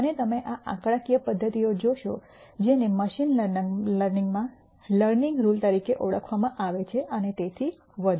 અને તમે આ આંકડાકીય પદ્ધતિઓ જોશો જેને મશીન લર્નિંગમાં શીખવાની નિયમ તરીકે ઓળખવામાં આવે છે અને તેથી વધુ